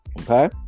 okay